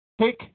take